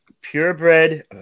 purebred